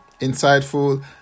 insightful